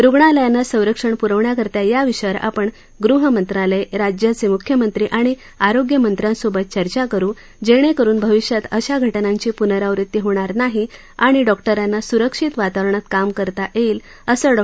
रुग्णालयांना संरक्षण पुरवण्याकरता याविषयावर आपण गृहमंत्रालय राज्याचे मुख्यमंत्री आणि आरोग्य मंत्र्यांसोबत चर्चा करु जेणेकरुन भविष्यात अशा घटनांची पुनरावृत्ती होणार नाही आणि डॉक्टरांना सुरक्षित वातावरणात काम करता येईल असं डॉ